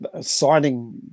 signing